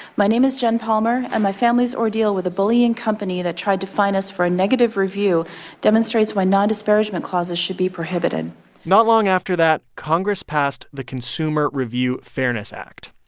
my name is jen palmer, and my family's ordeal with a bullying company that tried to fine us for a negative review demonstrates why non-disparagement clauses should be prohibited not long after that, congress passed the consumer review fairness act.